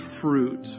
fruit